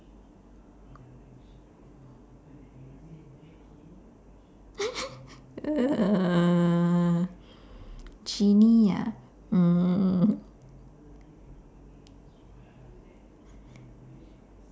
err genie ah mm